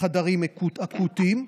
חדרים אקוטיים.